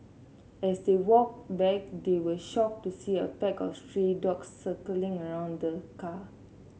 as they walked back they were shocked to see a pack of stray dogs circling around the car